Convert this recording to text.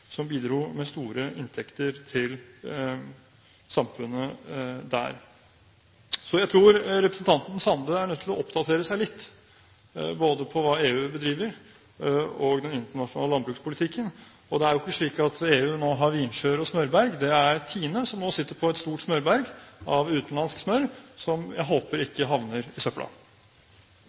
som bidro med store inntekter til samfunnet der. Jeg tror representanten Sande er nødt til å oppdatere seg litt, både på hva EU bedriver, og på den internasjonale landbrukspolitikken. Det er jo ikke slik at EU nå har vinsjøer og smørberg. Det er TINE som nå sitter på et stort berg av utenlandsk smør, som jeg håper ikke havner i søpla.